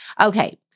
Okay